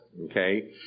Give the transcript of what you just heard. okay